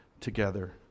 together